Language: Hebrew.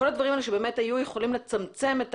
כל הדברים האלה שבאמת היו יכולים לצמצם את